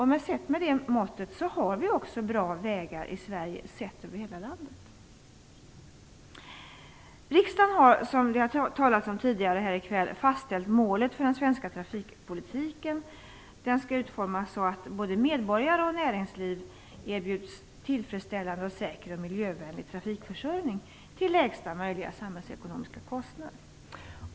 Mätt med det måttet har vi också bra vägar i Sverige, sett över hela landet. Riksdagen har, som vi har talat om tidigare här i kväll, fastställt målet för den svenska trafikpolitiken. Den skall utformas så att både medborgarna och näringslivet erbjuds en tillfredsställande, säker och miljövänlig trafikförsörjning till lägsta möjliga samhällsekonomiska kostnad.